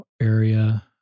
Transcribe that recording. area